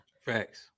Facts